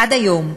עד היום,